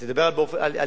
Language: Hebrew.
אתה מדבר על יחסי,